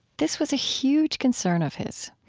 this was a huge concern of his.